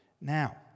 Now